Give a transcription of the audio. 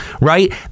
right